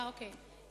אוקיי.